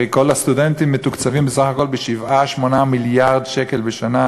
הרי כל הסטודנטים מתוקצבים בסך הכול ב-7 8 מיליארד שקל בשנה,